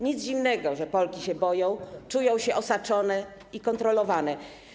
Nic dziwnego, że Polki się boją, czują się osaczone i kontrolowane.